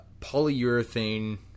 Polyurethane